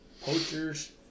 poachers